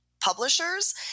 publishers